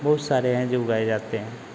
बहुत सारे हैं जो उगाए जाते हैं